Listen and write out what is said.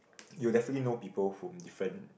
you'll definitely know people whom different